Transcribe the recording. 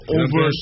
over